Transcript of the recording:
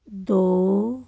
ਦੋ